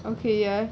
okay ya